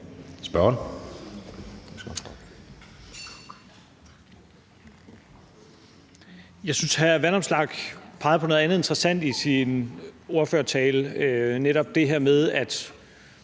Jeg synes, hr. Alex Vanopslagh peger på noget andet interessant i sin ordførertale, netop det her med, at